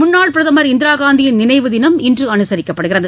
முன்னாள் பிரதமர் இந்திராகாந்தியின் நினைவு தினம் இன்று அனுசரிக்கப்பட்டது